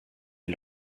est